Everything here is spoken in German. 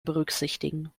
berücksichtigen